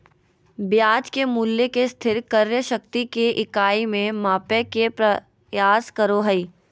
ब्याज के मूल्य के स्थिर क्रय शक्ति के इकाई में मापय के प्रयास करो हइ